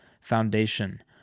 foundation